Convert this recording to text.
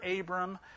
Abram